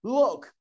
look